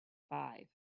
five